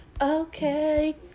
Okay